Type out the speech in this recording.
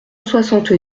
soixante